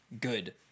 good